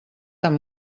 tan